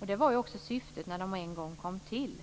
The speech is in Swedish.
Det var syftet när de en gång kom till.